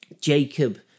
Jacob